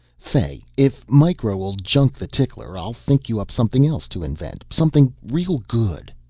fay, if micro'll junk the tickler, i'll think you up something else to invent something real good.